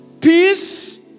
peace